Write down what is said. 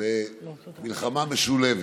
במלחמה משולבת.